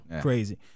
Crazy